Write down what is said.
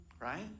Right